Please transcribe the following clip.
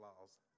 laws